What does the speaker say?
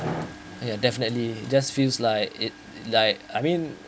ya definitely just feels like it like I mean